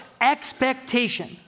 expectation